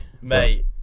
Mate